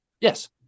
Yes